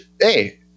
hey